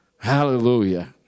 Hallelujah